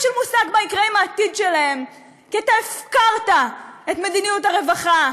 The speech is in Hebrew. של מושג מה יקרה עם העתיד שלהם כי אתה הפקרת את מדיניות הרווחה?